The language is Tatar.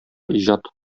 иҗат